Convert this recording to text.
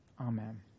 amen